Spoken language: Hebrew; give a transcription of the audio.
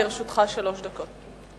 לרשותך שלוש דקות.